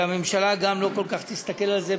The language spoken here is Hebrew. והממשלה גם לא כל כך תסתכל על זה,